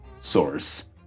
source